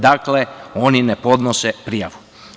Dakle, oni ne podnose prijavu.